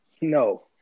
No